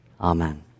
amen